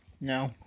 No